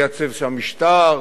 לייצב שם משטר,